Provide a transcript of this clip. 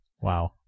Wow